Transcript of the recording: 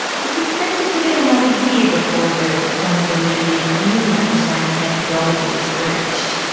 it's expected to be another year before a verdict on the validity of any rangelands methodology is reached.